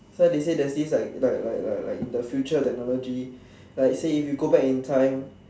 so they say there is this like like like like in the future technology like say if you go back in time